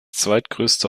zweitgrößte